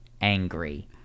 angry